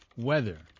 Weather